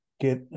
get